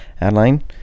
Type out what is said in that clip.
Adeline